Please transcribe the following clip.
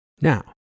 Now